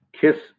Kiss